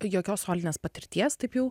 jokios solinės patirties taip jau